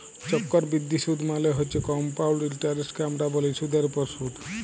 চক্করবিদ্ধি সুদ মালে হছে কমপাউল্ড ইলটারেস্টকে আমরা ব্যলি সুদের উপরে সুদ